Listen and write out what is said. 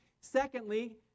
Secondly